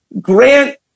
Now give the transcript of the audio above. Grant